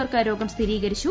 പേർക്ക് രോഗം സ്ഥിരീകരിച്ചു